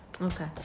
Okay